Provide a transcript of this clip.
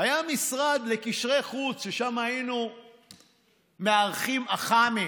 היה משרד לקשרי חוץ, ששם היינו מארחים אח"מים